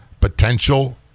potential